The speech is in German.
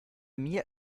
mir